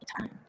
time